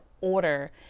order